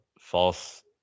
false